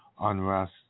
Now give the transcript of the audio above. unrest